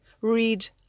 read